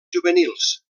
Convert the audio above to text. juvenils